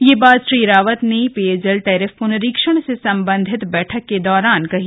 यह बात श्री रावत ने पेयजल टेरिफ पुनरीक्षण से सम्बन्धित बैठक के दौरान कही